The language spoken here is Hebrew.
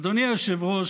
אדוני היושב-ראש,